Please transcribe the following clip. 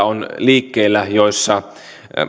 on liikkeellä useita hankkeita joissa